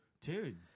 Dude